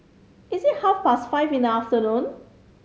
is it half past five in the afternoon